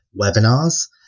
webinars